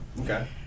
Okay